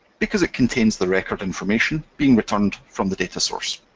because it contains the record information being returned from the data source.